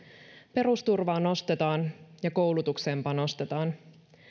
perusturvaa nostetaan ja koulutukseen panostetaan